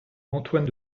antoine